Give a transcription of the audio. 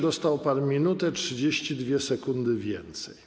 Dostał pan 1 minutę 32 sekundy więcej.